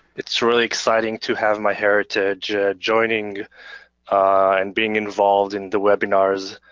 it's really exciting to have myheritage joining and being involved in the webinars